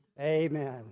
Amen